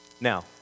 Now